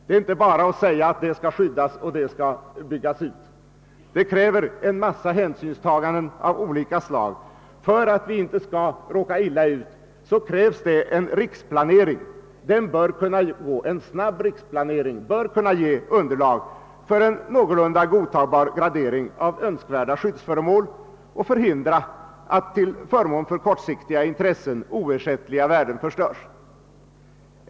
Man kan inte bara säga att detta skall skyddas och detta skall byggas ut. För att vi inte skall råka illa ut krävs det en riksplanering. En snabb riksplanering bör kunna ge underlag för någorlunda godtagbar gradering av önskvärda skyddsföremål och hindra att till förmån för kortsiktiga intressen oersättliga värden förstörs.